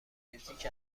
فیزیک